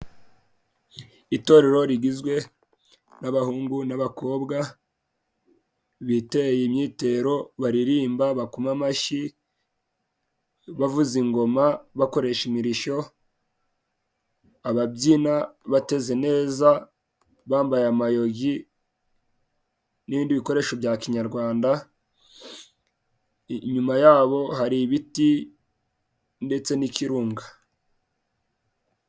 Itorero rigizwe n'abahungu n'abakobwa biteye imyitero baririmba, bakoma amashyi, bavuza ingoma bakoresha imirishyo, ababyina bateze neza bambaye amayugi n'ibindi bikoresho bya kinyarwanda, inyuma yabo hari ibiti ndetse n'ikirunga.